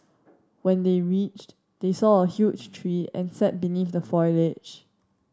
when they reached they saw a huge tree and sat beneath the foliage